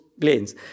planes